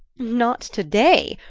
not today.